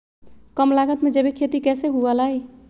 कम लागत में जैविक खेती कैसे हुआ लाई?